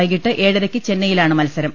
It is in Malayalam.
വൈകിട്ട് ഏഴരയ്ക്ക് ചെന്നൈയിലാണ് മത്സരം